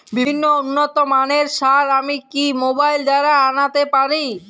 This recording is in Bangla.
বিভিন্ন উন্নতমানের সার আমি কি মোবাইল দ্বারা আনাতে পারি?